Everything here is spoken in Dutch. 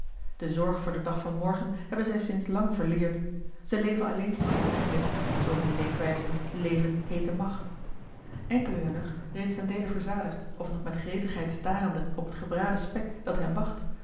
de zorg voor den dag van morgen hebben zij sinds lang verleerd zij leven alleen voor t oogenblik zoo hunne leefwijze leven heeten mag enkelen hunner reeds ten deele verzadigd of nog met gretigheid staa l g bosboom-toussaint de delftsche wonderdokter eel starende op het gebraden spek dat hen wacht